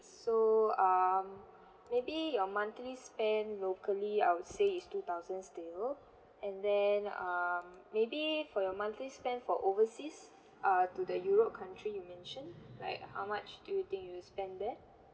so um maybe your monthly spend locally I would say is two thousand still and then um maybe for your monthly spend for overseas uh to the europe country you mentioned like how much do you think you'll spend there